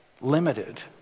limited